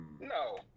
No